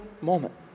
moment